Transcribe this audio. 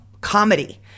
comedy